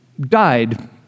died